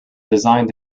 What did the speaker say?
designed